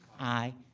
aye.